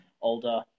older